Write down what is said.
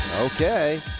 Okay